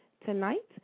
tonight